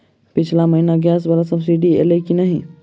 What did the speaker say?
पिछला महीना गैस वला सब्सिडी ऐलई की नहि?